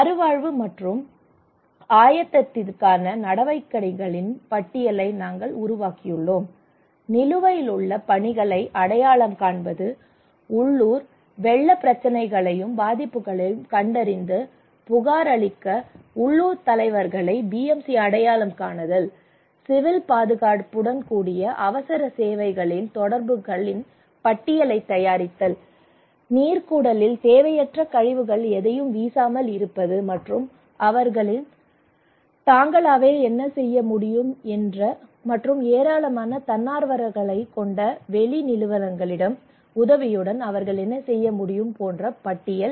மறுவாழ்வு மற்றும் ஆயத்தத்திற்கான நடவடிக்கைகளின் பட்டியலை நாங்கள் உருவாக்கியுள்ளோம் நிலுவையில் உள்ள பணிகளை அடையாளம் காண்பது உள்ளூர் வெள்ள பிரச்சினையையும் பாதிப்புகளையும் கண்டறிந்து புகாரளிக்க உள்ளூர் தலைவர்களை BMC அடையாளம் காணுதல் சிவில் பாதுகாப்புடன் கூடிய அவசர சேவைகளின் தொடர்புகளின் பட்டியலைத் தயாரித்தல் நீர் குடலில் தேவையற்ற கழிவுகள் எதையும் வீசாமல் இருப்பது மற்றும அவர்கள் தாங்களாகவே என்ன செய்ய முடியும் மற்றும் ஏராளமான தன்னார்வலர்களைக் கொண்ட வெளி நிறுவனங்களின் உதவியுடன் அவர்கள் என்ன செய்ய முடியும் போன்ற பட்டியல்